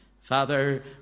Father